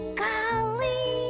golly